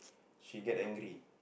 she get angry